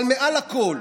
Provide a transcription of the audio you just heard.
אבל מעל הכול,